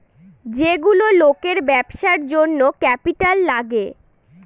যেগুলো লোকের ব্যবসার জন্য ক্যাপিটাল লাগে